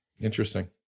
Interesting